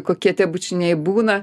kokie tie bučiniai būna